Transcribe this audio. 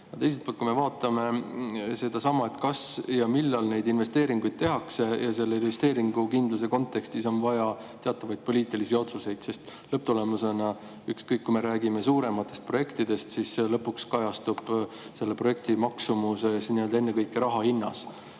Teiselt poolt, kui me vaatame, kas ja millal neid investeeringuid tehakse … Investeeringukindluse kontekstis on vaja teatavaid poliitilisi otsuseid, sest lõpptulemusena – ükskõik, kas me räägime suurematest projektidest – kajastub projekti maksumus ennekõike raha hinnas.